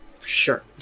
Sure